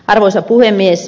arvoisa puhemies